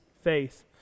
faith